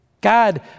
God